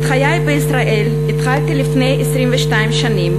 את חיי בישראל התחלתי לפני 22 שנים,